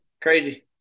crazy